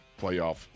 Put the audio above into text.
playoff